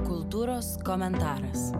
kultūros komentaras